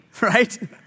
right